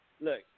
Look